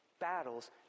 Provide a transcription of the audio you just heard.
battles